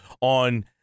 on